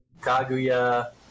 Kaguya